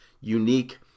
unique